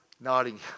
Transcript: nodding